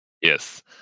Yes